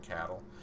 cattle